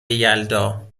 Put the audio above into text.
یلدا